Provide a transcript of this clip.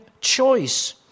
choice